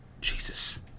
Jesus